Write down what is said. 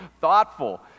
thoughtful